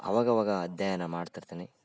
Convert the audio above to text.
ಆವಾಗವಾಗ ಅಧ್ಯಯನ ಮಾಡ್ತಿರ್ತೀನಿ